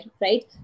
Right